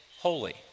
holy